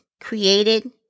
created